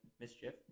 mischief